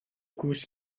گوش